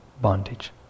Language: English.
bondage